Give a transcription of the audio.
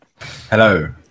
Hello